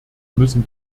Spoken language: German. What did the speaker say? müssen